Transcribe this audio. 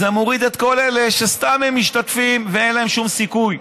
זה מוריד את כל אלה שהם סתם משתתפים ואין להם שום סיכוי.